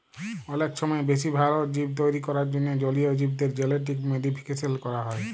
অলেক ছময় বেশি ভাল জীব তৈরি ক্যরার জ্যনহে জলীয় জীবদের জেলেটিক মডিফিকেশল ক্যরা হ্যয়